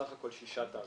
בסך הכל ששה תעריפים.